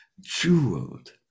jeweled